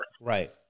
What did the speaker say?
Right